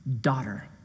Daughter